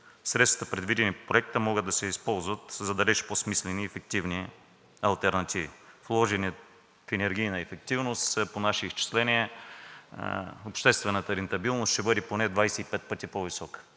Средствата, предвидени по Проекта, могат да бъдат използвани за далеч по смислени и ефективни алтернативи. Вложени в енергийна ефективност, по наши изчисления обществената рентабилност ще бъде поне 25 пъти по-висока.